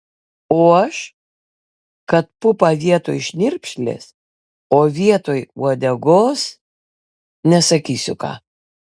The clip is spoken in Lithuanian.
o aš kad pupą vietoj šnirpšlės o vietoj uodegos nesakysiu ką